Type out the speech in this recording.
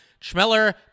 Schmeller